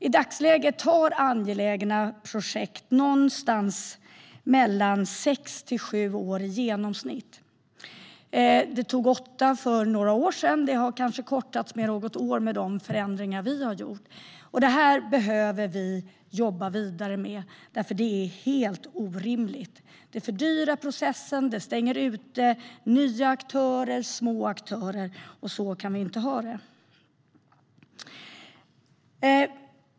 I dagsläget tar angelägna projekt någonstans mellan sex och sju år i genomsnitt. Det tog åtta för några år sedan. Kanske har det kortats ned något år genom de förändringar vi har gjort. Detta behöver vi jobba vidare med, för det är helt orimligt. Det fördyrar processen och stänger ute nya och små aktörer. Så kan vi inte ha det.